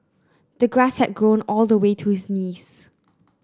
the grass had grown all the way to his knees